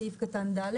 סעיף קטן ד',